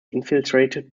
infiltrated